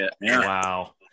wow